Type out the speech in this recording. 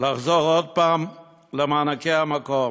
לחזור עוד פעם למענקי המקום.